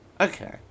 Okay